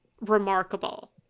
remarkable